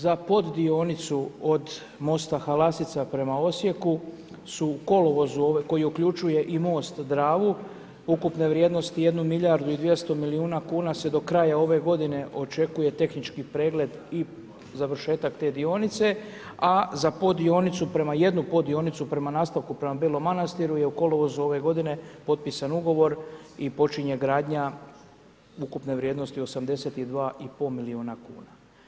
Za pod dionicu od mosta Halasica prema Osijeku su u kolovozu ove, koji uključuje i most Dravu, ukupne vrijednosti jednu milijardu i 200 milijuna kn, se do kraja ove g. očekuje tehnički pregled i završetak te dionice, a za pod dionicu, prema jednu pod dionicu, prema nastavku, prema Belom Manastiru, je u kolovozu ove g. potpisan ugovor i počinje gradnja ukupne vrijednosti 82,5 milijuna kn.